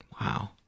Wow